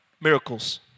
miracles